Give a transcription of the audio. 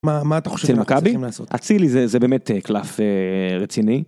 מה מה אתה חושב, אצל מכבי? אצילי זה זה באמת קלף רציני.